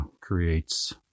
creates